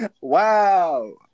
Wow